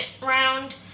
round